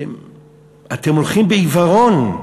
אתם הולכים בעיוורון.